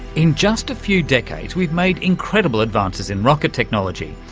in just a few decades we've made incredible advances in rocket technology.